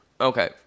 Okay